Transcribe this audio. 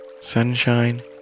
sunshine